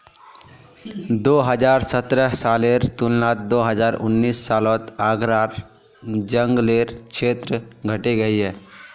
दो हज़ार सतरह सालेर तुलनात दो हज़ार उन्नीस सालोत आग्रार जन्ग्लेर क्षेत्र घटे गहिये